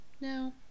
no